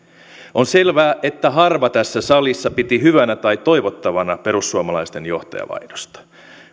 on selvää että harva tässä salissa piti hyvänä tai toivottavana perussuomalaisten johtajavaihdosta